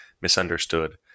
misunderstood